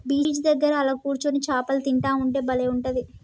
beach దగ్గర అలా కూర్చొని చాపలు తింటా ఉంటే బలే ఉంటది